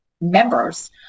members